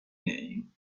name